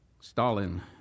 Stalin